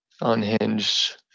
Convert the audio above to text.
unhinged